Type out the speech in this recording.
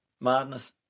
Madness